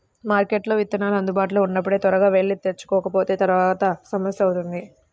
మార్కెట్లో విత్తనాలు అందుబాటులో ఉన్నప్పుడే త్వరగా వెళ్లి తెచ్చుకోకపోతే తర్వాత సమస్య అవుతుంది